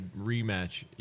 rematch